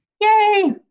Yay